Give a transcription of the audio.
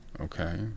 okay